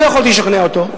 לא יכולתי לשכנע אותו,